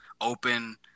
open